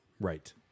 Right